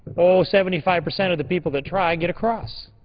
oh, seventy five percent of the people that try get across.